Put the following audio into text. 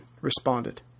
responded